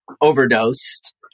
overdosed